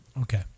Okay